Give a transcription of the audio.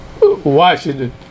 Washington